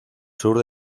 sur